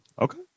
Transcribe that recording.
Okay